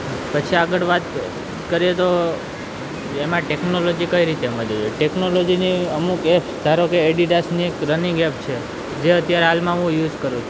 પછી આગળ વાત કરીએ તો એમાં ટેકનોલોજી કઈ રીતે મદદ ટેકનોલોજીની અમુક એપ્સ ધારોકે એડીદાસની એક રનિંગ એપ છે જે અત્યારે હાલમાં હું યુસ કરું છું